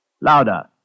Louder